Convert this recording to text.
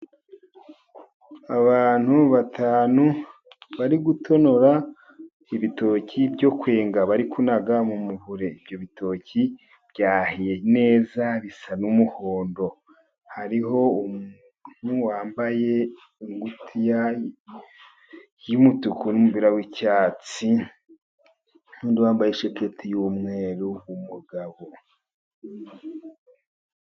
Abantu batanu bari gutonora ibitoki byo kwenga bari kunaga mu muvure, ibyo bitoki byahiye neza bisa n'umuhondo, hariho uwambaye ingutiya y'umutuku nu w'icyatsi nuwambaye tisheti y'umweru.